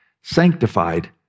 sanctified